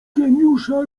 geniusza